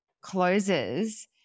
closes